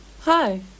Hi